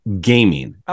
Gaming